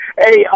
Hey